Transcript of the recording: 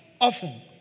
often